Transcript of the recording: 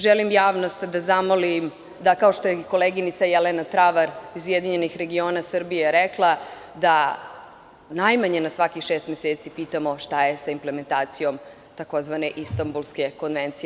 Želim javnost da zamolim da, kao što je i koleginica Jelena Travara iz URS rekla, najmanje na svakih šest meseci pitamo šta je sa implementacijom tzv. Istambulske konvencije.